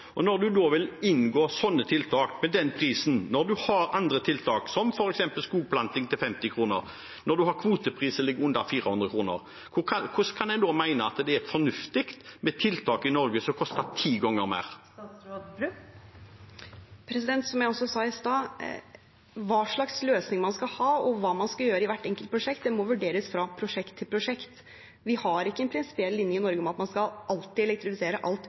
Når en vil gå inn med slike tiltak, med den prisen, når en har andre tiltak, som f.eks. skogplanting til 50 kr, og når en har en kvotepris som ligger under 400 kr, hvordan kan en da mene at det i Norge er fornuftig med tiltak som koster ti ganger mer? Som jeg sa i stad, må hva slags løsninger man skal ha, og hva man skal gjøre i hvert enkelt prosjekt, vurderes fra prosjekt til prosjekt. Vi har ikke en prinsipiell linje i Norge om at man alltid skal elektrifisere alt,